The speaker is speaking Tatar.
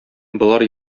болар